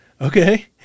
Okay